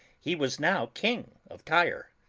he was now king of tyre.